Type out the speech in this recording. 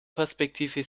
perspektive